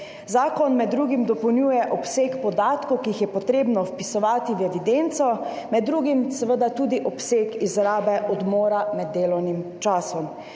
Zakon med drugim dopolnjuje obseg podatkov, ki jih je potrebno vpisovati v evidenco, med drugim seveda tudi obseg izrabe odmora med delovnim časom.